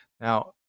Now